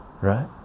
right